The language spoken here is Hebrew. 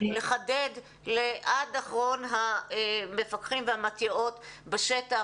לחדד עד אחרון המפקחים והמתי"אות בשטח,